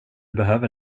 behöver